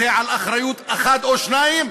זה על אחריות אחד או שניים,